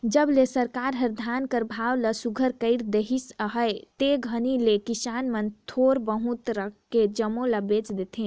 जब ले सरकार हर धान कर भाव ल सुग्घर कइर देहिस अहे ते घनी ले किसान मन थोर बहुत राएख के जम्मो ल बेच देथे